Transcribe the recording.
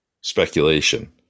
speculation